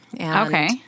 Okay